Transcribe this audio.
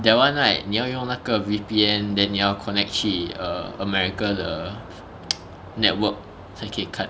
that [one] right 你要用那个 V_P_N then 你要 connect 去 err america 的 network 才可以看